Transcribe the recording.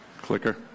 Clicker